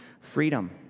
freedom